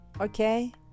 okay